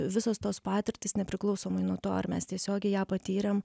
visos tos patirtys nepriklausomai nuo to ar mes tiesiogiai ją patyrėm